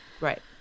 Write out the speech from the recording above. Right